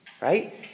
right